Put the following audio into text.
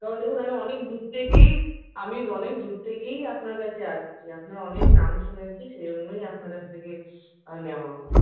কারণ দেখুন আমি অনেক দূর থেকেই আমি অনেক দূর থেকেই আপনার কাছে আসছি আপনার অনেক নাম শুনেছি সেই জন্যই আপনার কাছ থেকে নেওয়া আমার